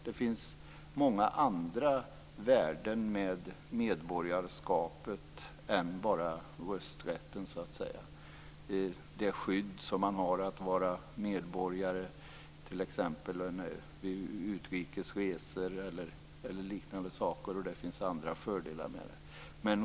Det finns många andra värden med medborgarskapet än bara rösträtten. Det gäller det skydd som ligger i att vara svensk medborgare i samband med utrikes resor, och det finns också andra fördelar.